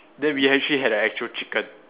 then we actually had a actual chicken